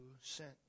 sent